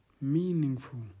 meaningful